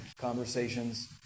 conversations